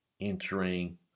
entering